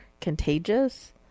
contagious